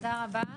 תודה רבה,